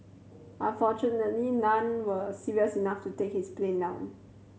unfortunately none were serious enough to take his plane down